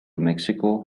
mexico